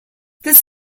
this